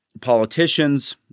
politicians